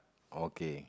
okay